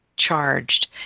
Charged